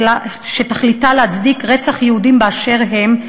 שתכליתה להצדיק רצח יהודים באשר הם,